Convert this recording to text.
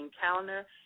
calendar